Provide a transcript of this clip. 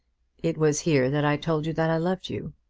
it was here that i told you that i loved you.